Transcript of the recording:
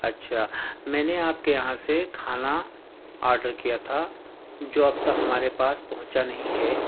اچھا میں نے آپ کے یہاں سے کھانا آڈر کیا تھا جو اب تک ہمارے پاس پہنچا نہیں ہے